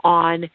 on